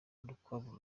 urukwavu